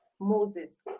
Moses